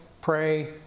pray